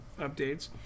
updates